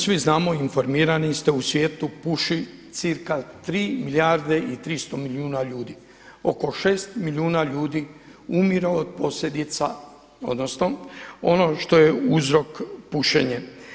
Svi znamo i informirani ste u svijetu puši cca 3 milijarde i 300 milijuna ljudi, oko 6 milijuna ljudi umire od posljedica odnosno ono što je uzrok pušenje.